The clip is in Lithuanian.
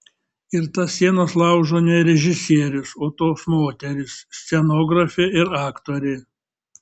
ir tas sienas laužo ne režisierius o tos moterys scenografė ir aktorė